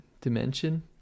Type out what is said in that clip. dimension